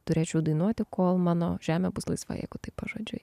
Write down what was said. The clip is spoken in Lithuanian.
turėčiau dainuoti kol mano žemė bus laisva jeigu taip pažodžiui